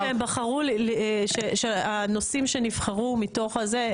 הם אמרו פה שהנושאים שנבחרו מתוך זה,